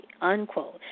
unquote